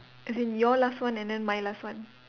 as in your last one and then my last one